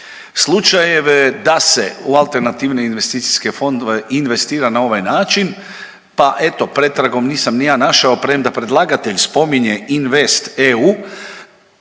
slučajeve da se u alternativne investicijske fondove investira na ovaj način pa eto, pretragom nisam ni ja našao, premda predlagatelj spominje invest EU,